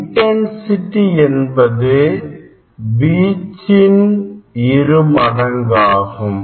intensity என்பது வீச்சின் இரு மடங்காகும்